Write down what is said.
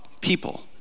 people